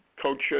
Coach